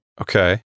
Okay